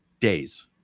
days